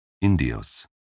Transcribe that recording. Indios